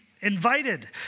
invited